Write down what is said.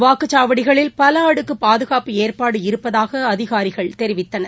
வாக்குச்சாவடிகளில் பலஅடுக்குபாதுகாப்பு ஏற்பாடு இருப்பதாகஅதிகாரிகள் தெரிவித்தனர்